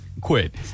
Quit